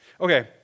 Okay